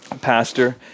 pastor